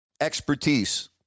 expertise